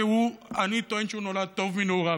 שאני טוען שהוא נולד טוב מנעוריו,